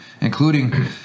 including